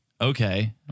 okay